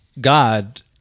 God